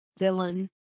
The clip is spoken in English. Dylan